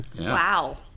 Wow